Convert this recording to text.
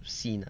scene ah